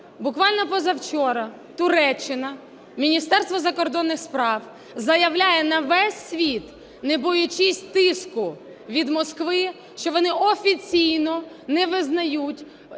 Буквально позавчора Туреччина, Міністерство закордонних справ, заявляє на весь світ, не боячись тиску від Москви, що вони офіційно не визнають